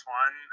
one